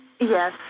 Yes